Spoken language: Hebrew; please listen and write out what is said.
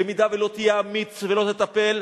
במידה שלא תהיה אמיץ ולא תטפל,